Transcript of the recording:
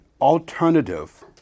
alternative